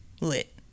lit